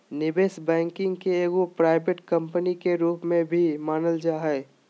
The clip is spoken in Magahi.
निवेश बैंकिंग के एगो प्राइवेट कम्पनी के रूप में भी मानल जा हय